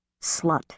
Slut